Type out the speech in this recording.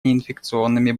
неинфекционными